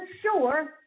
sure